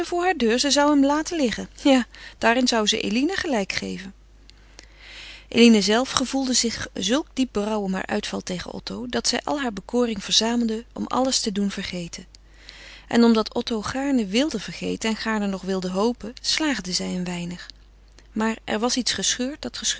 deur ze zou hem laten liggen ja daarin zou ze eline gelijk geven eline zelve gevoelde zulk diep berouw om haren uitval tegen otto dat zij al haar bekoring verzamelde om alles te doen vergeten en omdat otto gaarne wilde vergeten en gaarne nog wilde hopen slaagde zij een weinig maar er was iets gescheurd dat